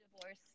divorce